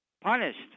punished